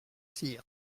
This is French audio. cyr